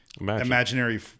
imaginary